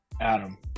Adam